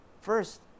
first